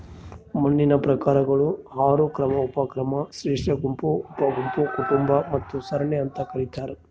ಮಣ್ಣಿನ ಪ್ರಕಾರಗಳು ಆರು ಕ್ರಮ ಉಪಕ್ರಮ ಶ್ರೇಷ್ಠಗುಂಪು ಉಪಗುಂಪು ಕುಟುಂಬ ಮತ್ತು ಸರಣಿ ಅಂತ ಕರೀತಾರ